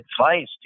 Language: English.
advice